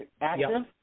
active